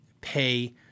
pay